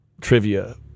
trivia